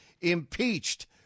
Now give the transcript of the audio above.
impeached